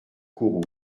kourou